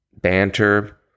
banter